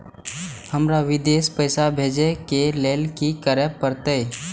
हमरा विदेश पैसा भेज के लेल की करे परते?